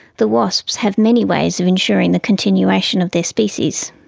the wasps have many ways of ensuring the continuation of their species.